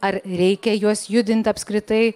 ar reikia juos judint apskritai